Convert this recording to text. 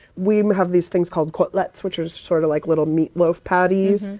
we have these things called kotlets, which are sort of like little meatloaf patties.